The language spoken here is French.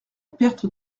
perte